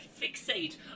fixate